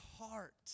heart